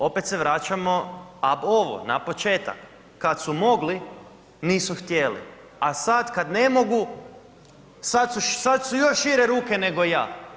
Opet se vraćamo, ab ovo na početak, kad su mogli nisu htjeli, a sad kad ne mogu sad su još šire ruke nego ja.